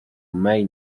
mej